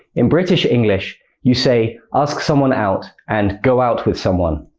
in british english, you say ask someone out and go out with someone